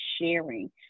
sharing